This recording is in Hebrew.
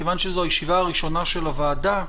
מכיוון שזו הישיבה הראשונה של הוועדה,